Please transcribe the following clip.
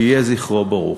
יהא זכרו ברוך.